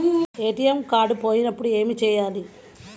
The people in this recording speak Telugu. ఏ.టీ.ఎం కార్డు పోయినప్పుడు ఏమి చేయాలి?